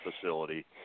Facility